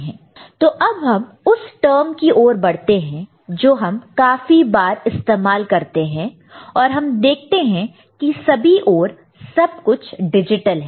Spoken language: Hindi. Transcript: तो अब उस टर्म की ओर बढ़ते हैं जो हम काफी बार इस्तेमाल करते हैं और हम देखते हैं कि सभी ओर सब कुछ डिजिटल है